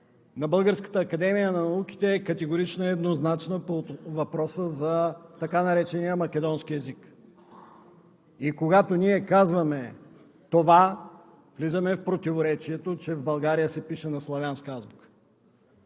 на Българската академия на науките е категорична и еднозначна по въпроса за така наречения македонски език и когато ние казваме това, влизаме в противоречието, че в България се пише на славянска азбука.